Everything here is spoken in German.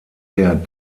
der